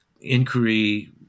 inquiry